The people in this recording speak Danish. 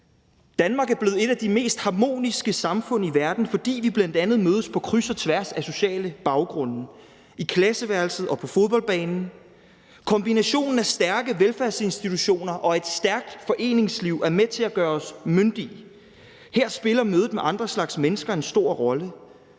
Danmark er blevet et af de mest harmoniske samfund i verden, fordi vi bl.a. mødes på kryds og tværs af sociale baggrunde i klasseværelset og på fodboldbanen. Kombinationen af stærke velfærdsinstitutioner og et stærkt foreningsliv er med til at gøre os myndige. Her spiller mødet med andre slags mennesker en stor rolle.